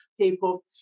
people